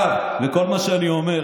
דרך אגב, עם כל מה שאני אומר,